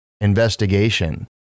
investigation